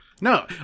no